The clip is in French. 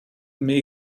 mais